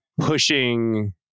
pushing